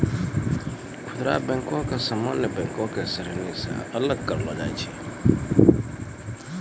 खुदरा बैको के सामान्य बैंको के श्रेणी से अलग करलो जाय छै